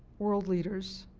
world leaders